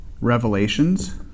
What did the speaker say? revelations